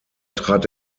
trat